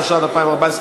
התשע"ד 2014,